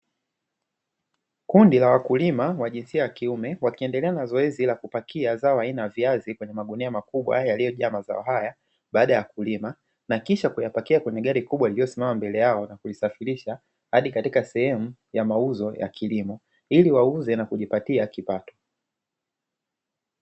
Kundi la wakulima wa jinsia ya kiume wakiendelea na zoezi la kupakia zao aina ya viazi kwenye magunia makubwa yaliyojaa mazao haya baada ya kulima, na kisha kuyapakia kwenye gari kubwa lililosimama mbele yao na kulisafirisha hadi katika sehemu ya mauzo ya kilimo ili wauze na kujipatia kipato.